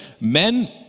men